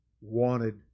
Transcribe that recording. wanted